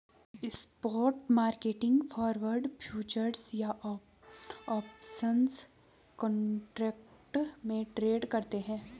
spot market forward, futures या options contract में trade करते हैं